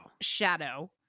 shadow